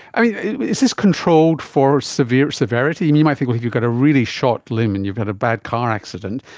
ah is this controlled for severity? and you might think if you've you've got a really short limb and you've had a bad car accident,